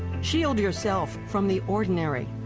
shield yourself from the ordinary.